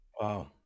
Wow